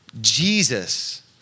Jesus